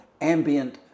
ambient